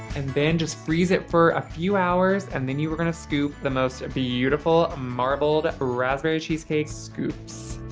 and then just freeze it for a few hours and then you are gonna scoop the most beautiful marbled ah raspberry cheesecake scoops.